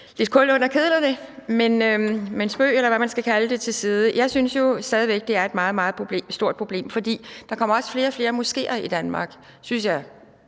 lidt kul under kedlerne. Men spøg, eller hvad man skal kalde det, til side. Jeg synes stadig væk, det er et meget, meget stort problem, for der kommer også flere og flere moskeer i Danmark. Nu synes jeg,